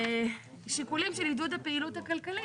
"שיקולים של עידוד הפעילות הכלכלית",